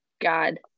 God